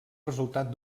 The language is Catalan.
resultat